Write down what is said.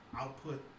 output